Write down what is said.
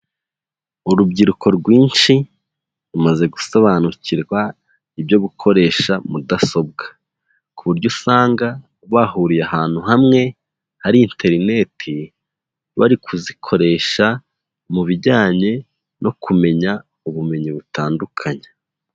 Urubyiruko rwinshi rumaze gusobanukirwa ibyo gukoresha mudasobwa, ku buryo usanga bahuriye ahantu hamwe hari interineti bari kuzikoresha mu bijyanye no kumenya ubumenyi butandukanye.